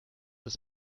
ist